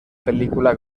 pel·lícula